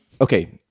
okay